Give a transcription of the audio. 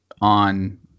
on